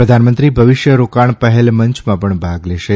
પ્રધાનમંત્રી ભવિષ્ય રોકાણ પહેલ મંચમાં પણ ભાગ લેશે